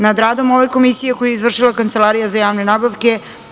Nad radom ove Komisije koju je izvršila Kancelarija za javne nabavke.